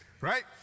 right